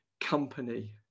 company